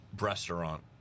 restaurant